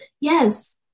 Yes